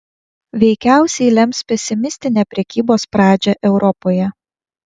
veikiausiai lems pesimistinę prekybos pradžią europoje